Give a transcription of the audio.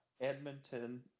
Edmonton